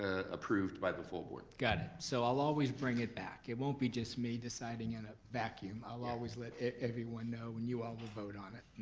ah approved by the full board. got it, so i'll always bring it back, it won't be just me deciding in a vacuum. i'll always let everyone know and you all will vote on it.